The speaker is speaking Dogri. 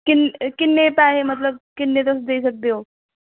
किन्ने पैसे मतलब किन्ने तुस देई सकदे हो